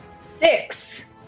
Six